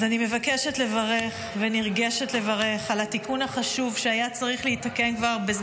אז אני מבקשת לברך וניגשת לברך על התיקון החשוב,